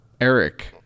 Eric